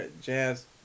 jazz